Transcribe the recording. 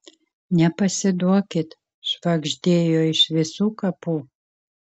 nepasiduokit švagždėjo iš visų kapų